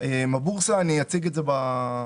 הבורסה, אני אציג את זה בהמשך.